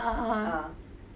ah ah ah ah